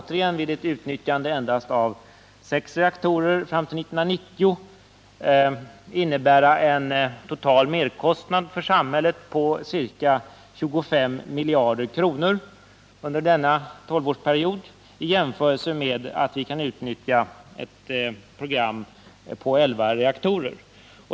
Ett utnyttjande av endast sex reaktorer fram till 1990 skulle vidare innebära en total merkostnad för samhället på ca 25 miljarder kronor under denna tolvårsperiod i jämförelse med ett utnyttjande av ett program på elva reaktorer.